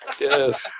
Yes